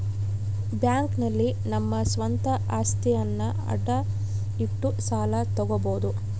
bank ನಲ್ಲಿ ನಮ್ಮ ಸ್ವಂತ ಅಸ್ತಿಯನ್ನ ಅಡ ಇಟ್ಟು ಸಾಲ ತಗೋಬೋದು